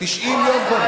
90 יום קודם,